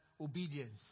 obedience